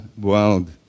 world